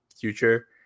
future